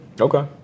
Okay